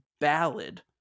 ballad